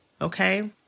Okay